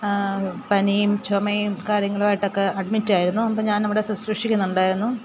പനിയും ചുമയും കാര്യങ്ങളുമായിട്ടൊക്കെ അഡ്മിറ്റായിരുന്നു അപ്പോൾ ഞാനവിടെ ശുശ്രൂഷിക്കുന്നുണ്ടായിരുന്നു